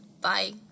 Bye